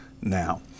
now